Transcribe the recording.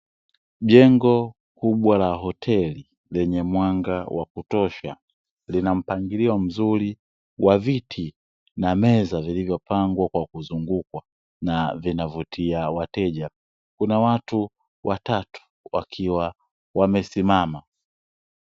Jengo kubwa la hoteli lenye mwanga wa kutosha linampangilio mzuri wa viti na meza zilipzopangwa kwa kuzunguka na vinavyo vutia wateja. Kuna watu watatu wakiwa wamesimama.